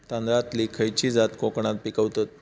तांदलतली खयची जात कोकणात पिकवतत?